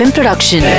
Production